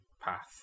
path